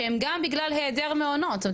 שהם גם בגלל היעדר מעונות משפחתונים,